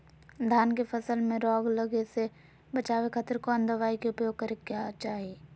धान के फसल मैं रोग लगे से बचावे खातिर कौन दवाई के उपयोग करें क्या चाहि?